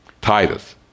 Titus